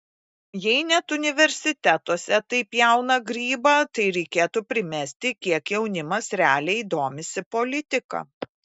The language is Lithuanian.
jei net universitetuose taip pjauna grybą tai reikėtų primesti kiek jaunimas realiai domisi politika